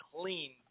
clean